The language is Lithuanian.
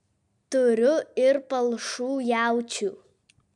turiu ir palšų jaučių